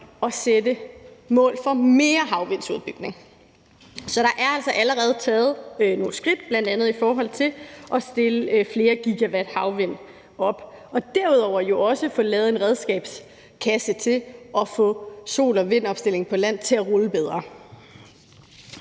at sætte mål for mere havvindudbygning, så der er altså allerede taget nogle skridt, bl.a. i forhold til at stille flere gigawatt havvind op. Derudover skal der også laves en redskabskasse til at få sol- og vindopstilling på land til at rulle bedre.